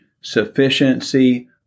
sufficiency